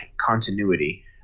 continuity